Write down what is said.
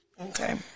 okay